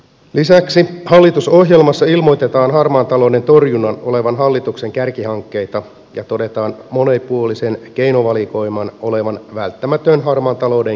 lisäksi hallitusohjelmassa ilmoitetaan harmaan talouden torjunnan olevan hallituksen kärkihankkeita ja todetaan monipuolisen keinovalikoiman olevan välttämätön harmaan talouden kitkennässä